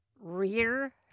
rear